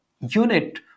unit